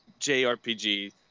JRPG